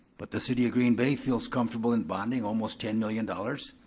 but the city of green bay feels comfortable in bonding almost ten million dollars.